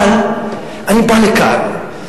אבל אני בא לכאן,